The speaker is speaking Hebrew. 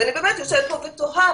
ואני באמת יושבת פה ותוהה,